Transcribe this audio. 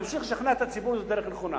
אנחנו נמשיך לשכנע את הציבור שזו דרך נכונה,